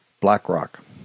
BlackRock